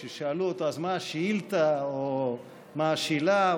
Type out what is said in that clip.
כששאלו אותו: אז מה השאילתה או מה השאלה,